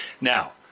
Now